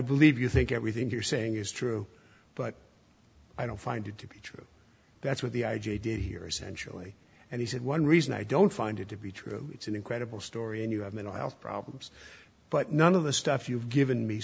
believe you think everything you're saying is true but i don't find it to be true that's what the i g did here essentially and he said one reason i don't find it to be true it's an incredible story and you have mental health problems but none of the stuff you've given me